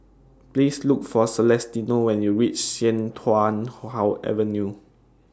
Please Look For Celestino when YOU REACH Sian Tuan Avenue